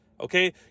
okay